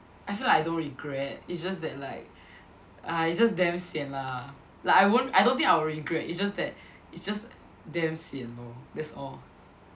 I feel like I don't regret is just that like ah is just damn sian lah like I won't I don't think I'll regret it's just that it's just damn sian lor that's all